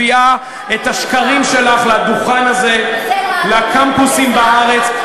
את מביאה את השקרים שלך לדוכן הזה, לקמפוסים בארץ.